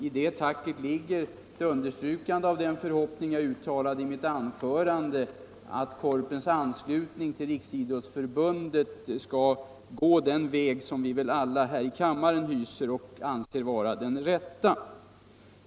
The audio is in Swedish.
I det tacket ligger ett understrykande av den förhoppning jag uttalade i mitt huvudanförande — att Korpens anslutning till Riksidrottsförbundet skall gå den väg som vi väl alla här i kammaren anser vara den rätta.